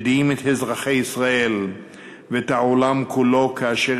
הדהים את אזרחי ישראל ואת העולם כולו כאשר